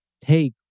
take